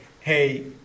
hey